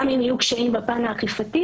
גם אם יהיו קשיים בפן האכיפתי,